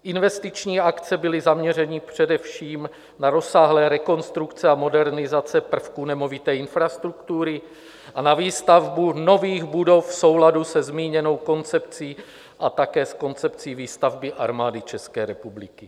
Investiční akce byly zaměřeny především na rozsáhlé rekonstrukce a modernizace prvků nemovité infrastruktury a na výstavbu nových budov v souladu se zmíněnou koncepcí a také s koncepcí výstavby Armády České republiky.